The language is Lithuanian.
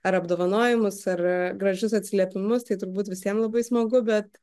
ar apdovanojimus ar gražius atsiliepimus tai turbūt visiem labai smagu bet